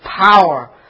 power